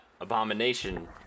abomination